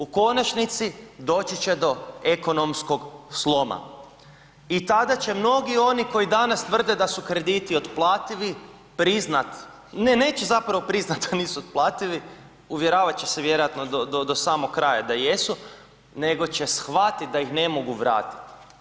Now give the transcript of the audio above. U konačnici, doći će do ekonomskog sloma i tada će mnogi oni koji danas tvrde da su krediti otplativi priznat, ne neće zapravo priznat da nisu otplativi, uvjeravat će se vjerojatno do samog kraja da jesu nego će shvatit da ih ne mogu vratiti.